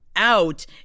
Out